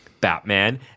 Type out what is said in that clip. Batman